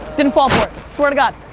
didn't fall for it. swear to god.